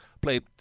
played